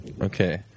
okay